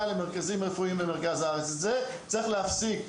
למרכזים רפואיים במרכז הארץ את זה צריך להפסיק,